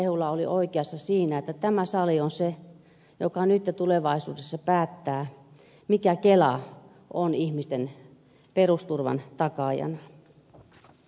rehula oli oikeassa siinä että tämä sali on se paikka jossa nyt ja tulevaisuudessa päätetään mikä kela on ihmisten perusturvan takaajana